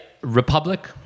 Republic